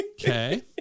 okay